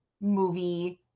movie